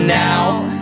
now